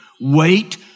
Wait